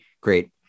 great